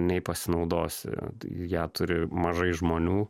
nei pasinaudosi ją turi mažai žmonių